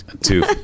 Two